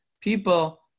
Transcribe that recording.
people